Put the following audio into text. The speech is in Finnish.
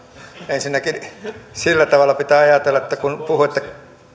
ensinnäkin pitää ajatella kun puhuu siitä